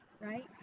right